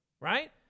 right